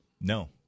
No